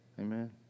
Amen